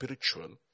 spiritual